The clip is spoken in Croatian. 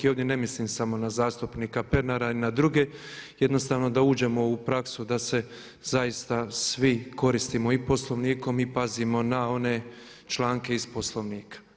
I ovdje ne mislim samo na zastupnika Pernara i na druge, jednostavno da uđemo u praksu da se zaista svi koristimo i Poslovnikom i pazimo na one članke iz Poslovnika.